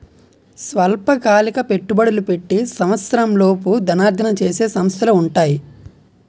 స్వల్పకాలిక పెట్టుబడులు పెట్టి సంవత్సరంలోపు ధనార్జన చేసే సంస్థలు ఉంటాయి